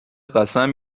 قسم